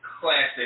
classic